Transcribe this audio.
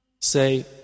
Say